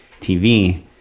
TV